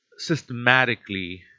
systematically